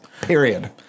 period